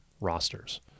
rosters